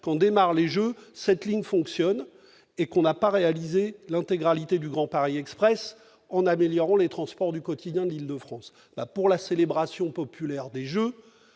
quand on démarre les Jeux cette ligne fonctionne et qu'on n'a pas réalisé l'intégralité du Grand Paris Express en améliorant les transports du quotidien d'Île-de-France pour la célébration populaire des jeux,